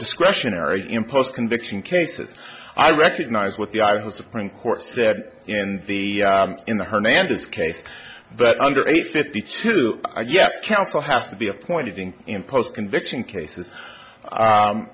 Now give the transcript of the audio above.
discretionary in post conviction cases i recognize what the article supreme court said in the in the hernandez case but under eight fifty two yes counsel has to be appointed in in post conviction cases